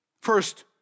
First